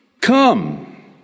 Come